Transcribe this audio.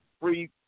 free